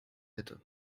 bitte